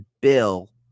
Bill